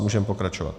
Můžeme pokračovat.